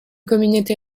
communauté